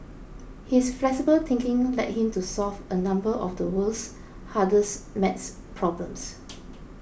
his flexible thinking led him to solve a number of the world's hardest math problems